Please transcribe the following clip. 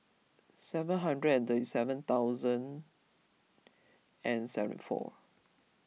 seven hundred and thirty seven thousand and seven four